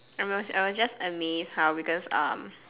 I was I was just amazed how because um